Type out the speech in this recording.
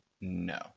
No